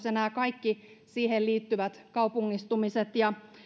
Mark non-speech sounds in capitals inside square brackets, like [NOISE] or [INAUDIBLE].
[UNINTELLIGIBLE] ja kaikki siihen liittyvät kaupungistumiset ja